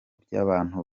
by’abantu